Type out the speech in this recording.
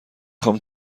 خوام